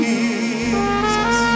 Jesus